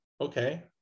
Okay